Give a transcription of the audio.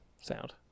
sound